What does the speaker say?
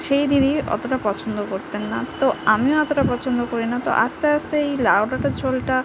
সেই দিদি অতটা পছন্দ করতেন না তো আমিও অতটা পছন্দ করি না তো আস্তে আস্তে এই লাউ ডাঁটার ঝোলটা